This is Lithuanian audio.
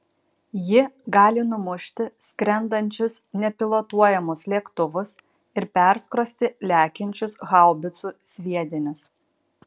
ji gali numušti skrendančius nepilotuojamus lėktuvus ir perskrosti lekiančius haubicų sviedinius